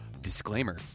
Disclaimer